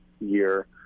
year